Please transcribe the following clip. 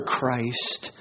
Christ